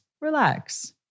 Relax